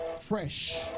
fresh